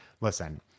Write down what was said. Listen